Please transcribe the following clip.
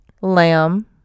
Lamb